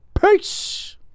Peace